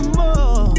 more